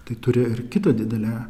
tai turi ir kita didele